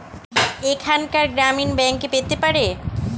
আমার কন্যা একটি আমেরিকান স্কলারশিপের টাকা কি এখানকার গ্রামীণ ব্যাংকে পেতে পারে?